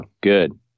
good